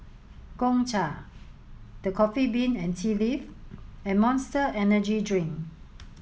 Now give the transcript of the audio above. Gongcha The Coffee Bean and Tea Leaf and Monster Energy Drink